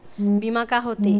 बीमा का होते?